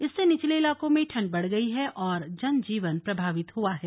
इससे निचले इलाकों में ठंड बढ़ गई है और जनजीवन प्रभावित हुआ है